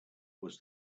was